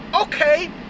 okay